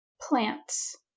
plants